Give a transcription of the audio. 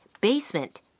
BASEMENT